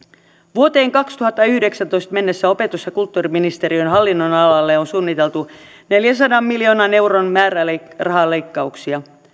vuoteen kaksituhattayhdeksäntoista mennessä opetus ja kulttuuriministeriön hallinnonalalle on suunniteltu neljänsadan miljoonan euron määrärahaleikkauksia